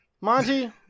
Monty